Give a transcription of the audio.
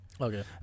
okay